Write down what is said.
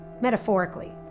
Metaphorically